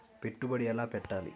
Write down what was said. పెట్టుబడి ఎలా పెట్టాలి?